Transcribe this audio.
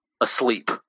asleep